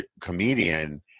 comedian